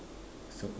so called